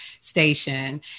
station